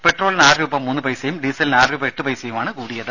പെട്രോളിന് ആറ് രൂപ മൂന്ന് പൈസയും ഡീസലിന് ആറ് രൂപ എട്ട് പൈസയുമാണ് കൂടിയത്